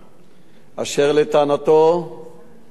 אשר לטענתו אינו תקין.